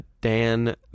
Dan